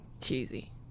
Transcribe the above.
cheesy